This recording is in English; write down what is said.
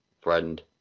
friend